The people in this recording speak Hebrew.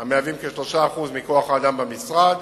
המהווים כ-3% מכוח-האדם במשרד.